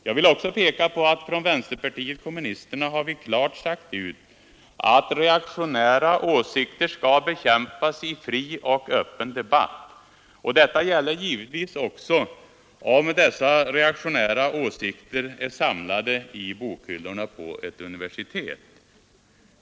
Jag vill också peka på att från vänsterpartiet kommunisterna har vi klart sagt ut att reaktionära åsikter skall bekämpas i fri och öppen debatt. Detta gäller givetvis också om dessa reaktionära åsikter är samlade i bokhyllorna på ett universitet.